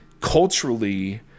culturally